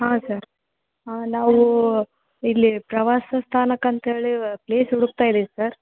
ಹಾಂ ಸರ್ ಹಾಂ ನಾವೂ ಇಲ್ಲಿ ಪ್ರವಾಸ ಸ್ಥಾನಕ್ಕೆ ಅಂತೇಳಿ ಪ್ಲೇಸ್ ಹುಡ್ಕ್ತಾ ಇದೀವಿ ಸರ್